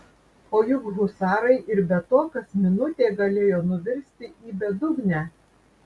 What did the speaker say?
o juk husarai ir be to kas minutė galėjo nuvirsti į bedugnę